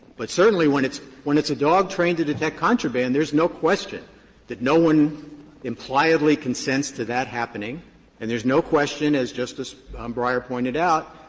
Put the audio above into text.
but certainly, when it's when it's a dog trained to detect contraband, there's no question that no one impliedly consents to that happening and there's no question, as justice breyer pointed out,